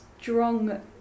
strong